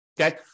okay